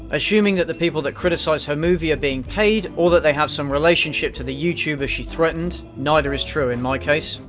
assuming that the people that criticise her movie are being paid, or that they have some relationship to the youtuber she threatened. neither is true in my case.